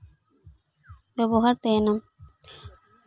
ᱵᱮᱵᱚᱦᱟᱨ ᱛᱟᱦᱮᱸᱱᱟ